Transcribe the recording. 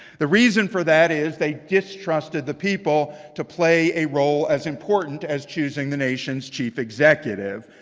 the reason for that is they distrusted the people to play a role as important as choosing the nation's chief executive.